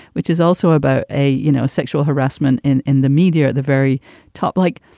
which is also about a, you know, a sexual harassment in in the media at the very top. like,